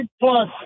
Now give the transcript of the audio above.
plus